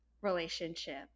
relationship